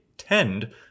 tend